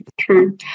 True